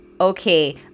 Okay